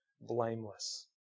blameless